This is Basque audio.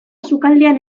sukaldean